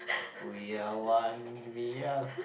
we are one we are